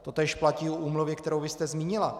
Totéž platí o úmluvě, kterou vy jste zmínila.